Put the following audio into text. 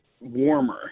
warmer